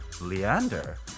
Leander